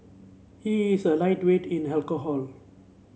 he is a lightweight in alcohol